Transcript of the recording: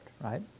right